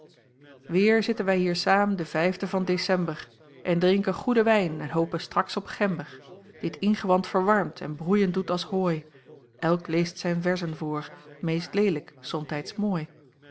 weêr zitten wij hier saêm den vijfden van december en drinken goeden wijn en hopen straks op gember die t ingewand verwarmt en broeien doet als hooi elk leest zijn verzen voor meest leelijk somtijds mooi